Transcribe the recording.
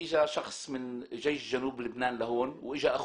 הוא תושב קבע.